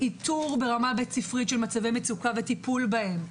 איתור ברמה בית ספרית של מצבי מצוקה וטיפול בהם,